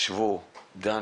ישבו, דנו,